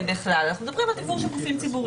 בכלל אלא אנחנו מדברים על דיוור של גופים ציבוריים.